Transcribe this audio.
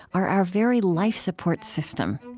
are our very life-support system.